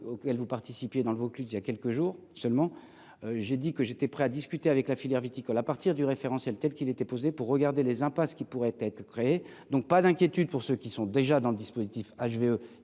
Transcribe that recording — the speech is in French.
auquel vous participiez dans le Vaucluse, il y a quelques jours seulement, j'ai dit que j'étais prêt à discuter avec la filière viticole à partir du référentiel telle qu'il était posé pour regarder les impasses qui pourraient être créés, donc pas d'inquiétude pour ceux qui sont déjà dans le dispositif ah